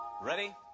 ready